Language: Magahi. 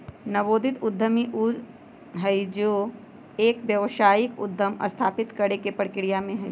नवोदित उद्यमी ऊ हई जो एक व्यावसायिक उद्यम स्थापित करे के प्रक्रिया में हई